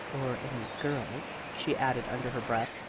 or any girls, she added under her breath,